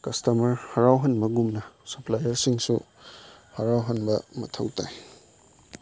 customer ꯍꯔꯥꯎꯍꯟꯕꯒꯨꯝꯅ ꯁꯞꯄ꯭ꯂꯥꯏꯌꯔꯁꯤꯡꯁꯨ ꯍꯔꯥꯎꯍꯟꯕ ꯃꯊꯧ ꯇꯥꯏ